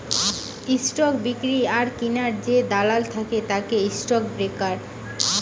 stock বিক্রি আর কিনার যে দালাল থাকে তারা স্টক ব্রোকার